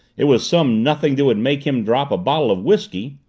it was some nothing that would make him drop a bottle of whisky!